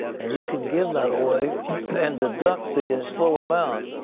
and you can give that away and deduct the full amount.